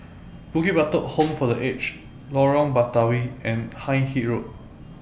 Bukit Batok Home For The Aged Lorong Batawi and Hindhede Road